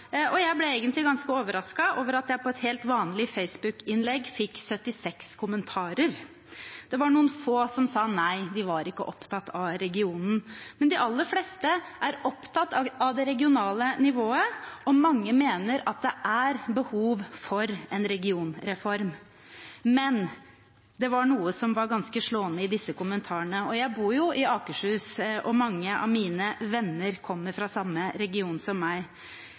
det? Jeg ble egentlig ganske overrasket over at jeg på et helt vanlig Facebook-innlegg fikk 76 kommentarer. Det var noen få som sa at nei, de var ikke opptatt av regionene, men de aller fleste var opptatt av det regionale nivået, og mange mente at det er behov for en regionreform. Men det var noe som var ganske slående i disse kommentarene – og jeg bor i Akershus, og mange av mine venner kommer fra samme region som meg: